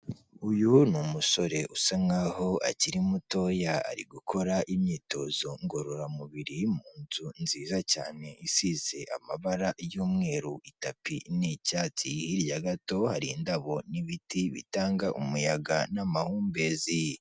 Uyu ni umusore usa nkaho akiri mutoya, ari gukora imyitozo ngororamubiri mu nzu nziza cyane isize amabara y'umweru itapi nicyatsi, hirya gato hari indabo n'ibiti bitanga umuyaga n'amahumbezi.